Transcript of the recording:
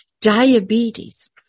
diabetes